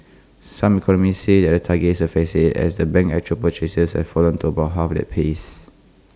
some economists said at the target is A facade as the bank's actual purchases have fallen to about half that pace